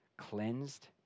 cleansed